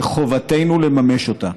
שחובתנו לממש אותה.